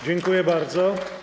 Dziękuję bardzo.